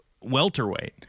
welterweight